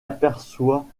aperçoit